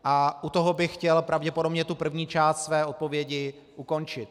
U toho bych chtěl pravděpodobně první část své odpovědi ukončit.